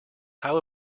how